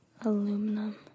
aluminum